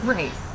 Right